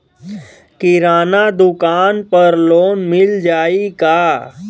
किराना दुकान पर लोन मिल जाई का?